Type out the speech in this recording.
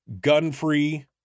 gun-free